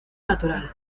natural